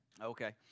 Okay